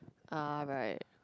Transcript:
ah right